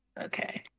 Okay